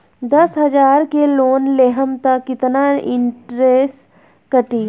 दस हजार के लोन लेहम त कितना इनट्रेस कटी?